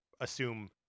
assume